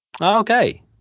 Okay